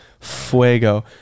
Fuego